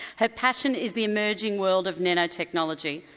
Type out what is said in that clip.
her passion is the emerging world of nanotechnology,